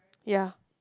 ya